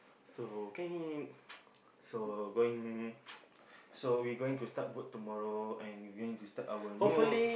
so can so going so we going to start work tomorrow and we going to start our new